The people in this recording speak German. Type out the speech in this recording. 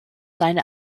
seine